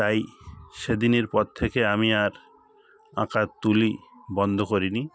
তাই সেদিনের পর থেকে আমি আর আঁকার তুলি বন্ধ করিনি